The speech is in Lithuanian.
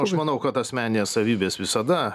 aš manau kad asmeninės savybės visada